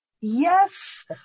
Yes